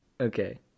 Okay